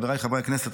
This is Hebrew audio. חבריי חברי הכנסת,